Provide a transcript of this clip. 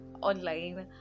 online